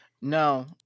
No